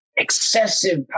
Excessive